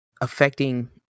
affecting